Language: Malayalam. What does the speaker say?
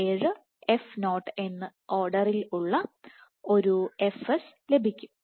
97 f0 എന്ന് ഓർഡറിൽ ഉള്ള fs ലഭിക്കും